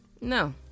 No